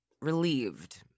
relieved